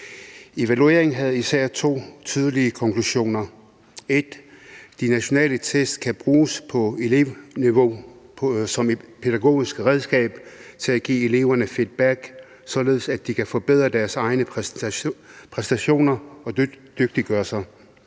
Evalueringen havde især to tydelige konklusioner: 1) De nationale test kan bruges på elevniveau som et pædagogisk redskab til at give eleverne feedback, således at de kan forbedre deres egne præstationer og dygtiggøre